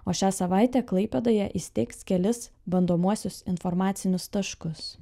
o šią savaitę klaipėdoje įsteigs kelis bandomuosius informacinius taškus